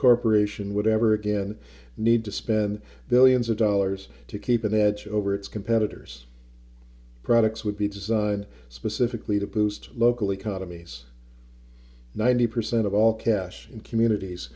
corporation would ever again need to spend billions of dollars to keep an edge over its competitors products would be designed specifically to boost local economies ninety percent of all cash in communities